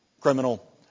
criminal